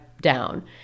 down